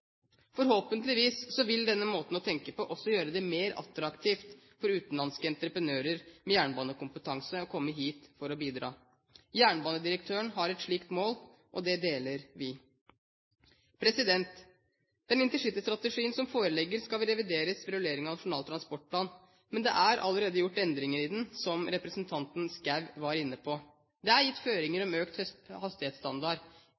Forhåpentligvis vil denne måten å tenke på også gjøre det mer attraktivt for utenlandske entreprenører med jernbanekompetanse å komme hit for å bidra. Jernbanedirektøren har et slikt mål, og det deler vi. Den intercitystrategien som foreligger, skal revideres ved rulleringen av Nasjonal transportplan, men det er allerede gjort endringer i den, som representanten Schou var inne på. Det er gitt føringer